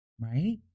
Right